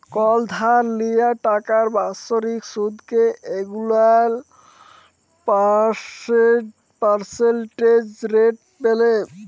call ধার লিয়া টাকার বাৎসরিক সুদকে এলুয়াল পার্সেলটেজ রেট ব্যলে